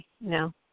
No